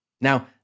Now